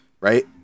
right